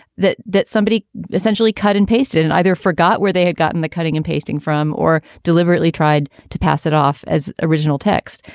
that that somebody essentially cut and pasted and either forgot where they had gotten the cutting and pasting from or deliberately tried to pass it off as original text.